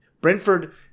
Brentford